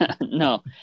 no